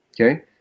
Okay